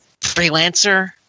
freelancer